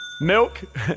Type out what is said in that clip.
Milk